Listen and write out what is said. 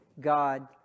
God